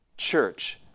church